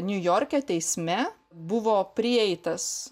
niujorke teisme buvo prieitas